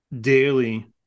daily